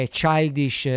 childish